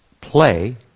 play